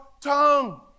tongue